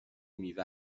میوه